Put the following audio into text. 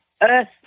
Earth